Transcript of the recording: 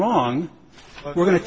wrong we're going to